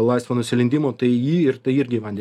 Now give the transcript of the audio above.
laisvo nusilindimo tai jį ir tai irgi į vandenį